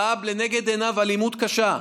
שהוא ראה לנגד עיניו אלימות קשה,